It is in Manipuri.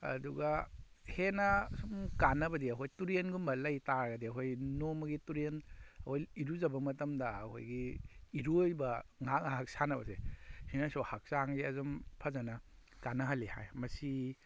ꯑꯗꯨꯒ ꯍꯦꯟꯅ ꯁꯨꯝ ꯀꯥꯟꯅꯕꯗꯤ ꯑꯩꯈꯣꯏ ꯇꯨꯔꯦꯟꯒꯨꯝꯕ ꯂꯩꯇꯥꯔꯒꯗꯤ ꯑꯩꯈꯣꯏ ꯅꯣꯡꯃꯒꯤ ꯇꯨꯔꯦꯟ ꯑꯩꯈꯣꯏ ꯏꯔꯨꯖꯕ ꯃꯇꯝꯗ ꯑꯩꯈꯣꯏꯒꯤ ꯏꯔꯣꯏꯕ ꯉꯥꯏꯍꯥꯛ ꯉꯥꯏꯍꯥꯛ ꯁꯥꯟꯅꯕꯁꯦ ꯁꯤꯅꯁꯨ ꯍꯛꯆꯥꯡꯒꯤ ꯑꯗꯨꯝ ꯐꯖꯅ ꯀꯥꯟꯅꯍꯜꯂꯤ ꯍꯥꯏ ꯃꯁꯤ